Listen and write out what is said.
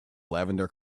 lavender